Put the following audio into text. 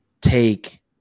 take